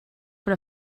per